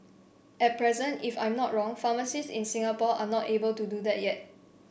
at present if I'm not wrong pharmacists in Singapore are not able to do that yet